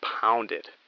pounded